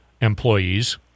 employees